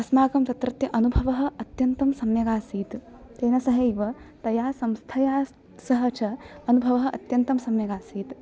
अस्माकं तत्रत्य अनुभवः अत्यन्तं सम्यक् आसीत् तेन सहैव तया संस्थया सः च अनुभवः अत्यन्तं सम्यक् आसीत्